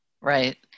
Right